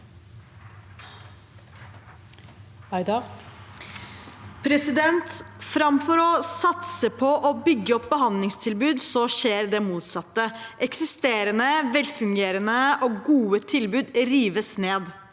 Framfor å satse på å bygge opp behandlingstilbud skjer det motsatte. Eksisterende, velfungerende og gode tilbud rives ned.